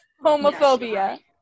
Homophobia